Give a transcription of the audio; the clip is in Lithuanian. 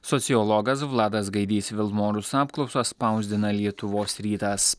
sociologas vladas gaidys vilmorus apklausą spausdina lietuvos rytas